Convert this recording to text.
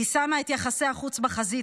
היא שמה את יחסי החוץ בחזית,